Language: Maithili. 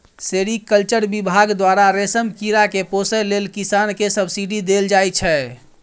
सेरीकल्चर बिभाग द्वारा रेशम कीरा केँ पोसय लेल किसान केँ सब्सिडी देल जाइ छै